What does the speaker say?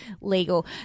legal